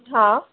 हां